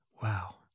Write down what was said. Wow